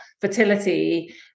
fertility